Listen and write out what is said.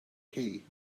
key